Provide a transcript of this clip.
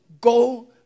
Go